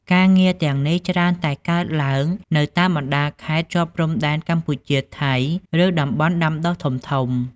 ការងារទាំងនេះច្រើនតែកើតឡើងនៅតាមបណ្ដាខេត្តជាប់ព្រំដែនកម្ពុជា ថៃ ឬតំបន់ដាំដុះធំៗ ។